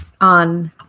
on